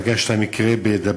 אחר כך יש המקרה בדבורייה,